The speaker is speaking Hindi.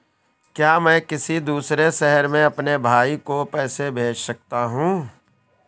क्या मैं किसी दूसरे शहर में अपने भाई को पैसे भेज सकता हूँ?